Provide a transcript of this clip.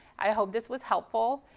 i hope this was helpful.